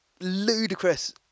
ludicrous